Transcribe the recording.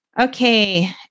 Okay